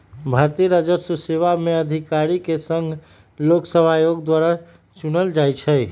भारतीय राजस्व सेवा में अधिकारि के संघ लोक सेवा आयोग द्वारा चुनल जाइ छइ